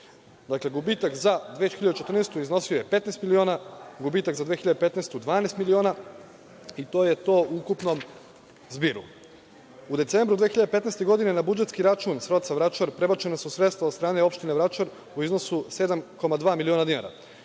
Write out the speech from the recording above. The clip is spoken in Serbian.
Dakle, gubitak za 2014. godinu iznosio je 15 miliona, gubitak za 2015. godinu 12 miliona i to je to u ukupnom zbiru.U decembru 2015. godine na budžetski račun SROC-a Vračar prebačena su sredstva od strane opštine Vračar u iznosu 7,2 miliona dinara,